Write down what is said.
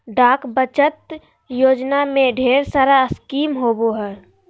डाक बचत योजना में ढेर सारा स्कीम होबो हइ